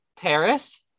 Paris